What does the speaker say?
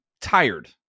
tired